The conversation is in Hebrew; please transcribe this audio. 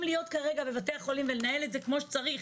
להיות כרגע בבתי החולים ולנהל את זה כמו שצריך,